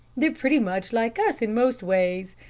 they're pretty much like us in most ways.